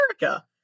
America